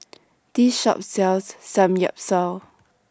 This Shop sells Samgyeopsal